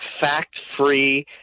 fact-free